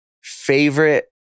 favorite